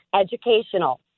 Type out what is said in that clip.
educational